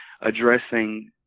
addressing